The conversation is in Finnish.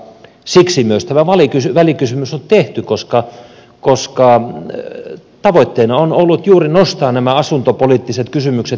siksi myös tämä välikysymys on tehty koska tavoitteena on ollut juuri nostaa nämä asuntopoliittiset kysymykset keskusteluun